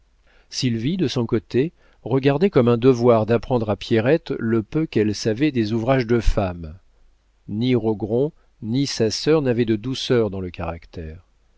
enfant sylvie de son côté regardait comme un devoir d'apprendre à pierrette le peu qu'elle savait des ouvrages de femme ni rogron ni sa sœur n'avaient de douceur dans le caractère